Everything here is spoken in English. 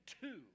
two